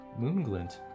Moonglint